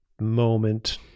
moment